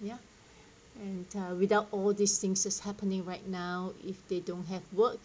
ya and uh without all these things is happening right now if they don't have work